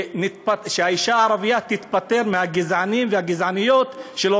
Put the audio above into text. שהאישה הערבייה תתפטר מהגזענים ומהגזעניות שלא